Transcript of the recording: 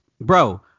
bro